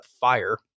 FIRE